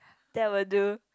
that will do